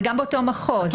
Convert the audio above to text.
זה גם באותו מחוז,